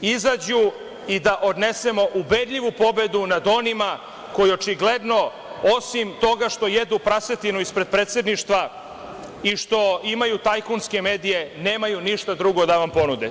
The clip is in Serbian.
izađu i da odnesemo ubedljivu pobedu nad onima koji očigledno, osim toga što jedu prasetinu ispred predsedništva i što imaju tajkunske medije, nemaju ništa drugo da vam ponude.